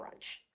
brunch